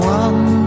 one